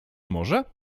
może